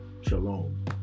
Shalom